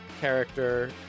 character